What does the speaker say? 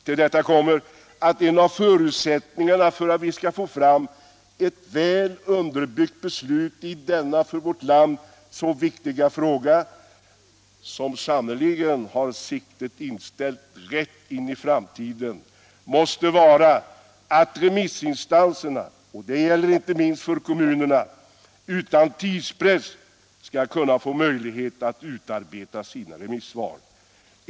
Till detta kommer att en av förutsättningarna för att vi skall få fram ett väl underbyggt beslut i denna för vårt land så viktiga fråga - som sannerligen har siktet inställt rätt in i framtiden — måste vara att remissinstanserna, och det gäller inte minst kommunerna, får möjlighet att utan tidspress utarbeta sina remissvar.